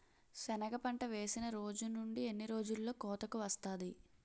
సెనగ పంట వేసిన రోజు నుండి ఎన్ని రోజుల్లో కోతకు వస్తాది?